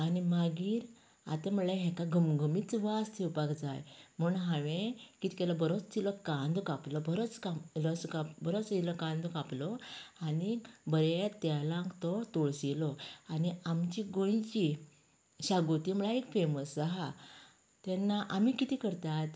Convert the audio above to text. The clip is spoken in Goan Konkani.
आनी मागीर आता म्हणले हेका घमघमीत वास येवपाक जाय म्हण हांवें कितें केले बरोच इल्लो कांदो कापलो बरोच कापलो बरोच इल्लो कांदो कापलो आनी बरें तेलांक तो तळसीलो आनी आमची गोंयची शागोती म्हणल्यार एक फेमस आहा तेन्ना आमी कितें करतात